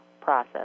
process